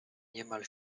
niemal